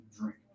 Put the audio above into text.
drink